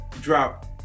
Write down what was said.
drop